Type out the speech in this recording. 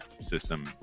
system